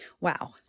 Wow